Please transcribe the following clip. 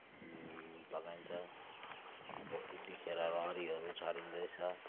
लगाइन्छ अब यतिखेर रहरीहरू छरिँदैछ